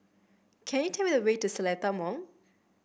can you tell me the way to Seletar Mall